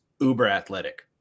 uber-athletic